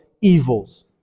evils